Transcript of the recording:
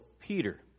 Peter